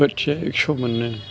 बोथिया एक्स' मोनो